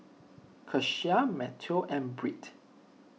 Keshia Matteo and Britt